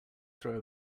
throw